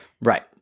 Right